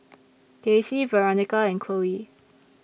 Kasie Veronica and Chloe